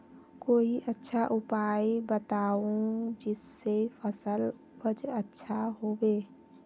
कोई अच्छा उपाय बताऊं जिससे फसल उपज अच्छा होबे